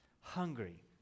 hungry